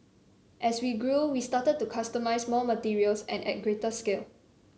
as we grew we started to customise more materials and at greater scale